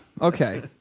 Okay